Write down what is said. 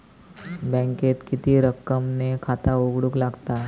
बँकेत किती रक्कम ने खाता उघडूक लागता?